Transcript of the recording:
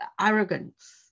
arrogance